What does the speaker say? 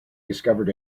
discovered